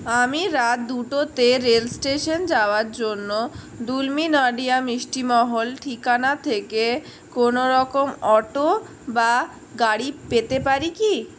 আমি রাত দুটোতে রেল স্টেশন যাওয়ার জন্য দুলমি নডিহা মিষ্টি মহল ঠিকানা থেকে কোনোরকম অটো বা গাড়ি পেতে পারি কি